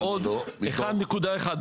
ועוד 1.1,